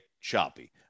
choppy